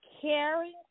caring